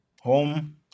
home